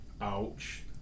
Ouch